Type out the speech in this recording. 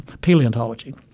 paleontology